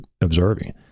observing